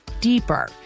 deeper